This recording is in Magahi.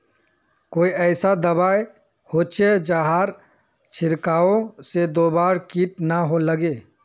कोई ऐसा दवा होचे जहार छीरकाओ से दोबारा किट ना लगे?